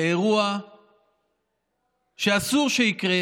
לאירוע שאסור שיקרה,